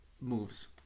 moves